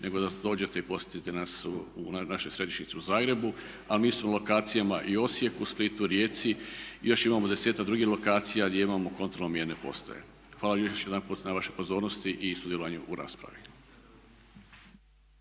nego da dođete i posjetite nas u našoj središnjici u Zagrebu. A mi smo na lokacijama i u Osijeku, Splitu, Rijeci i još imamo 10-ak drugih lokacija gdje imamo kontrolno mjerne postaje. Hvala još jedanput na vašoj pozornosti i sudjelovanju u raspravi.